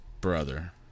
brother